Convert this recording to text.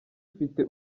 ifite